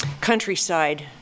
countryside